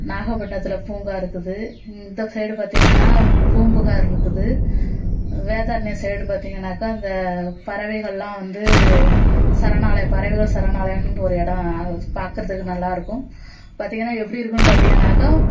நாகப்பட்டினத்தில் பூங்கா இருக்குது இந்த சைடு பார்த்திங்கன்னா பூம்புகார் இருக்குது வேதாரணியம் சைடு பார்த்திங்கன்னாக்கா இந்த பறவைகள் எல்லாம் வந்து சரணாலயம் பறவைகள் சரணாலயம்ன்னு ஒரு இடம் பார்க்கறதுக்கு நல்லா இருக்கும் பார்த்திங்கன்னா எப்படி இருக்குன்னு பார்த்திங்கன்னாக்கா